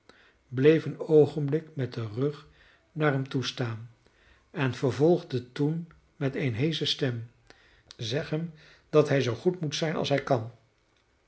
bleef een oogenblik met den rug naar hem toe staan en vervolgde toen met eene heesche stem zeg hem dat hij zoo goed moet zijn als hij kan